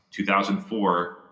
2004